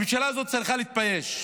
הממשלה הזאת צריכה להתבייש,